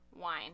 wine